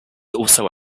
also